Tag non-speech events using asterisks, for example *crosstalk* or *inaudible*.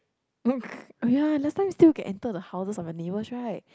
*laughs* oh ya last time still can enter the houses of your neighbours right